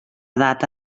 data